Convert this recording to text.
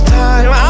time